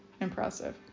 impressive